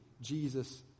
Jesus